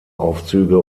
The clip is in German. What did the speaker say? aufzüge